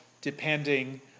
depending